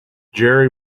jerry